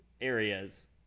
areas